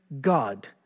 God